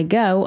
go